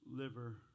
liver